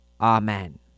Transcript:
Amen